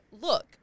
look